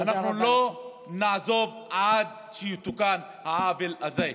אנחנו לא נעזוב עד שיתוקן העוול הזה.